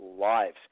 lives